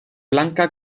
blanca